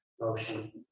motion